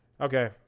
Okay